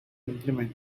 implement